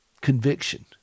conviction